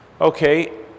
okay